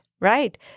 Right